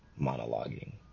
monologuing